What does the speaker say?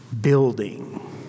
building